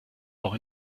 auch